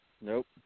Nope